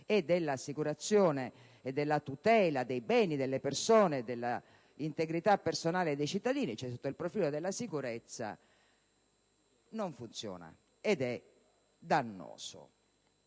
dell'assicurazione e della tutela dei beni delle persone e dell'integrità personale dei cittadini, cioè sotto il profilo della sicurezza, non funziona ed è dannoso.